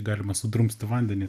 galima sudrumsti vandenį